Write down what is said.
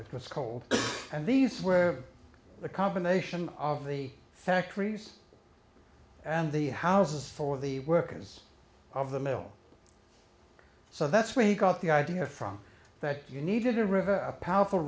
it was called and these were the combination of the factories and the houses for the workers of the mill so that's where he got the idea from that you needed a river a powerful